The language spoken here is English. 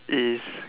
is